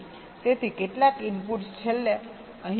તેથી કેટલાક ઇનપુટ્સ છેલ્લે અહીં પસંદ કરી છે